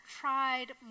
tried